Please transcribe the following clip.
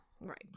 Right